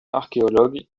archéologue